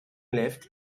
left